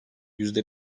yüzde